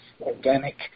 organic